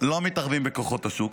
לא מתערבים בכוחות השוק,